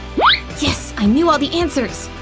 yes! i know all the answers!